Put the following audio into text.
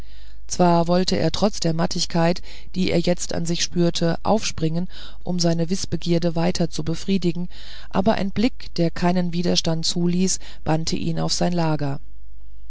zwar wollte er trotz der mattigkeit die er jetzt an sich spürte aufspringen um seine wißbegierde weiter zu befriedigen aber ein blick der keinen widerstand zuließ bannte ihn auf sein lager